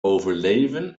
overleven